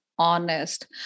honest